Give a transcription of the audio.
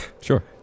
sure